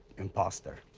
imposter.